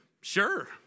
Sure